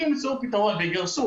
אם הם ימצאו פתרון ויגרשו,